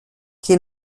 che